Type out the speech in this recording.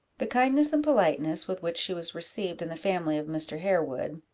the kindness and politeness with which she was received in the family of mr. harewood,